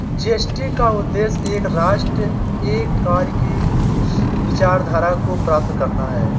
GST का उद्देश्य एक राष्ट्र, एक कर की विचारधारा को प्राप्त करना है